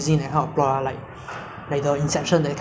and then sometime I watch anime lah so I also like to watch like